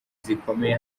zikomeye